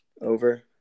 Over